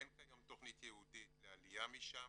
אין כיום תוכנית ייעודית לעלייה משם.